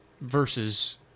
versus